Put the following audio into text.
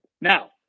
Now